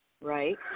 Right